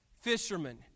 Fishermen